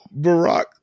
Barack